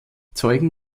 zeugen